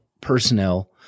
personnel